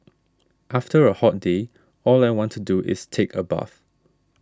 after a hot day all I want to do is take a bath